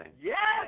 Yes